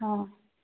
ହଁ